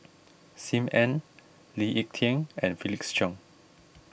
Sim Ann Lee Ek Tieng and Felix Cheong